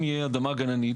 אם תהיה אדמה גננית,